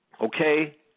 Okay